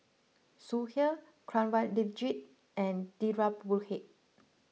Sudhir Kanwaljit and Dhirubhai